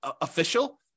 official